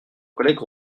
collègue